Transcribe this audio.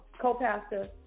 co-pastor